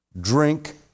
drink